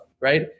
right